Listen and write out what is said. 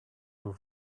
your